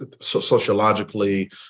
sociologically